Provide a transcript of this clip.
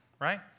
right